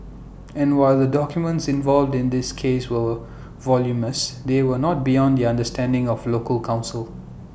and while the documents involved in this case were voluminous they were not beyond the understanding of local counsel